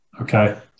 Okay